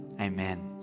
amen